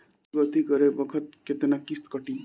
ऋण चुकौती करे बखत केतना किस्त कटी?